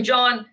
John